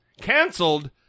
Canceled